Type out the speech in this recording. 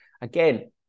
again